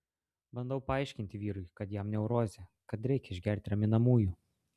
bandau paaiškinti vyrui kad jam neurozė kad reikia išgerti raminamųjų